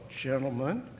gentlemen